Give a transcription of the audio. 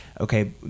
okay